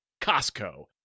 Costco